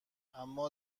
اما